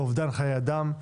לאובדן חיי אדם,